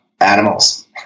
animals